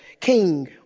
king